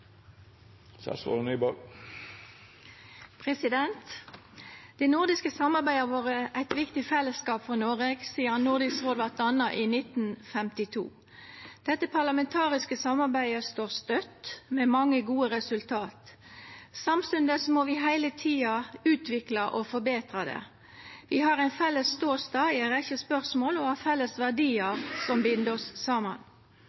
Det nordiske samarbeidet har vore eit viktig fellesskap for Noreg sidan Nordisk råd vart danna i 1952. Dette parlamentariske samarbeidet står støtt, med mange gode resultat. Samstundes må vi heile tida utvikla og forbetra det. Vi har ein felles ståstad i ei rekkje spørsmål og felles verdiar som bind oss saman.